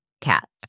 cats